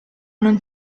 non